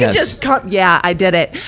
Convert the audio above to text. just cu. yeah, i did it.